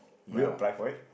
reapply for it